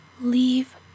Leave